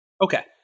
Okay